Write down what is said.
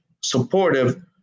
supportive